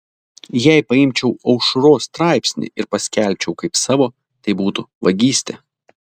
jei paimčiau aušros straipsnį ir paskelbčiau kaip savo tai būtų vagystė